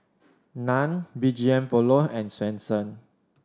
Nan B G M Polo and Swensens